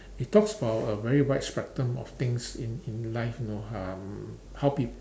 it talks about a very wide spectrum of things in in life know um how peop~